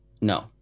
No